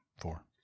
four